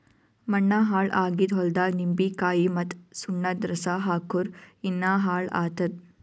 ಮಣ್ಣ ಹಾಳ್ ಆಗಿದ್ ಹೊಲ್ದಾಗ್ ನಿಂಬಿಕಾಯಿ ಮತ್ತ್ ಸುಣ್ಣದ್ ರಸಾ ಹಾಕ್ಕುರ್ ಇನ್ನಾ ಹಾಳ್ ಆತ್ತದ್